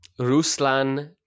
Ruslan